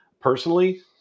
Personally